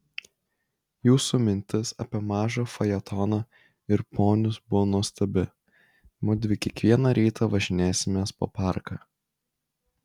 jūsų mintis apie mažą fajetoną ir ponius buvo nuostabi mudvi kiekvieną rytą važinėsimės po parką